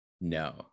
No